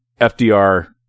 FDR